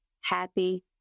happy